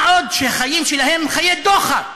מה עוד שהחיים שלהם הם חיי דוחק,